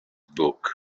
book